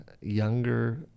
younger